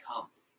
comes